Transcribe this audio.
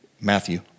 Matthew